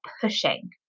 pushing